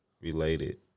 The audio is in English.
related